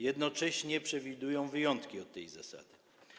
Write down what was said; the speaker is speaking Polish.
Jednocześnie przewidują wyjątki od tej zasady.